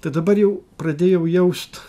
tai dabar jau pradėjau jaust